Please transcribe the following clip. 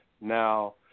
Now